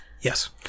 Yes